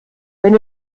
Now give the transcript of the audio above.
wenn